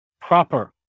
proper